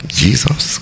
jesus